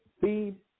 feed